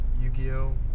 Yu-Gi-Oh